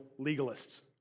legalists